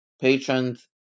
patrons